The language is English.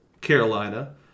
Carolina